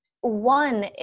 One